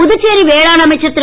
புதுச்சேரி வேளாண் அமைச்சர் திரு